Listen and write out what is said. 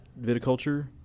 viticulture –